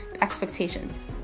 expectations